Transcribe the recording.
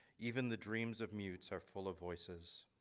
even the dreams of mutes are full of voices